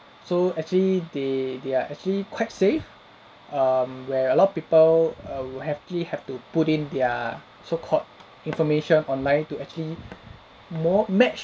so actually they they are actually quite safe um where a lot of people err will actually have to put in their so-called information online to actually more match